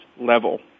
level